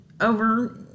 over